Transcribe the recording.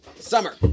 Summer